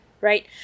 right